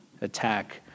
attack